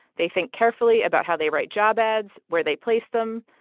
they think carefully about how they write job ads, where they place them.